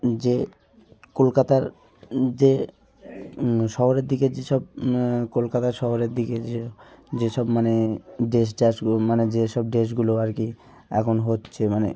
যে কলকাতার যে শহরের দিকে যেসব কলকাতা শহরের দিকে যে যেসব মানে ড্রেস ড্রেসগুলো মানে যেসব ড্রেসগুলো আর কি এখন হচ্ছে মানে